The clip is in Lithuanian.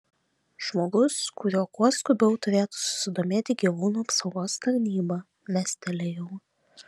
žmogus kuriuo kuo skubiau turėtų susidomėti gyvūnų apsaugos tarnyba mestelėjau